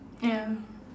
ya